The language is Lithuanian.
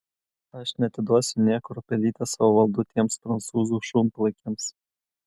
aš neatiduosiu nė kruopelytės savo valdų tiems prancūzų šunpalaikiams